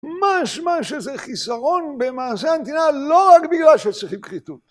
מה אשמה שזה חיסרון במעשה הנתינה לא רק בגלל שצריכים כריתות